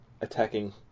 attacking